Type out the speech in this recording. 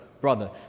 brother